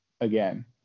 again